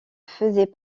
faisait